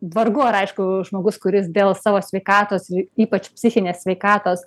vargu ar aišku žmogus kuris dėl savo sveikatos ypač psichinės sveikatos